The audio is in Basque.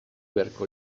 beharko